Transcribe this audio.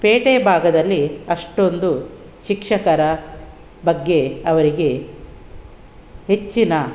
ಪೇಟೆ ಭಾಗದಲ್ಲಿ ಅಷ್ಟೊಂದು ಶಿಕ್ಷಕರ ಬಗ್ಗೆ ಅವರಿಗೆ ಹೆಚ್ಚಿನ